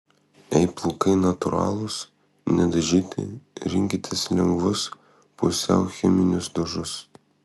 jei plaukai natūralūs nedažyti rinkitės lengvus pusiau cheminius dažus